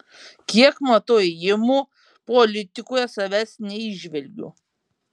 kiek matau ėjimų politikoje savęs neįžvelgiu